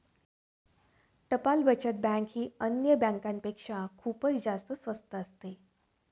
टपाल बचत बँक ही अन्य बँकांपेक्षा खूपच जास्त स्वस्त असते